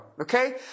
Okay